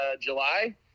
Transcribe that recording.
July